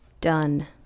Done